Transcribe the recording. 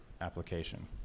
application